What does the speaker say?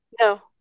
No